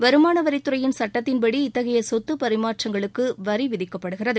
வருமான வரித்துறையின் சட்டத்தின்படி இத்தகைய சொத்து பரிமாற்றங்களுக்கு வரி விதிக்கப்படுகிறது